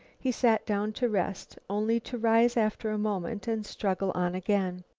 he sat down to rest, only to rise after a moment and struggle on again.